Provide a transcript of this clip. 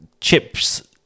chips